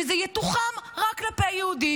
נדמה להם שזה יתוחם רק כלפי יהודים.